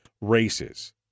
races